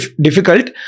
difficult